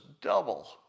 double